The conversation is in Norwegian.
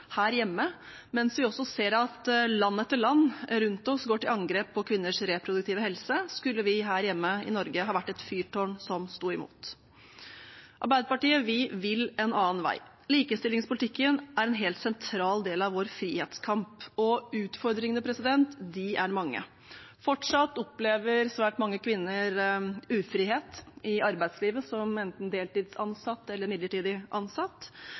her hjemme. Mens vi også ser at land etter land rundt oss går til angrep på kvinners reproduktive helse, skulle vi her hjemme i Norge ha vært et fyrtårn som sto imot. Arbeiderpartiet vil en annen vei. Likestillingspolitikken er en helt sentral del av vår frihetskamp, og utfordringene er mange. Fortsatt opplever svært mange kvinner ufrihet i arbeidslivet, som enten deltidsansatt eller midlertidig ansatt.